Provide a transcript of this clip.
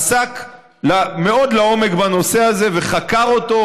עסק מאוד לעומק בנושא הזה וחקר אותו